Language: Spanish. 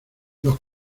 los